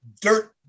dirt